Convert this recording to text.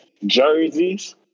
jerseys